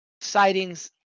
sightings